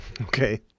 Okay